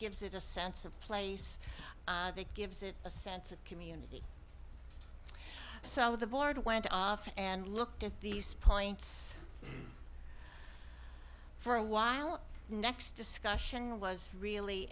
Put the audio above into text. gives it a sense of place that gives it a sense of community so the board went off and looked at these points for a while next discussion was really